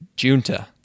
Junta